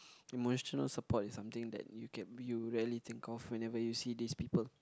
emotional support is something that you can view rarely think of whenever you see this people